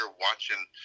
watching